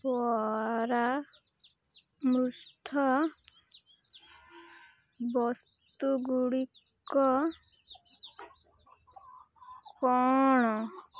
ପରାମୃଷ୍ଟ ବସ୍ତୁ ଗୁଡ଼ିକ କ'ଣ